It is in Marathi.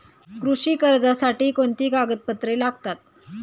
कृषी कर्जासाठी कोणती कागदपत्रे लागतात?